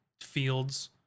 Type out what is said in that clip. fields